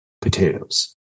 potatoes